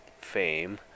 fame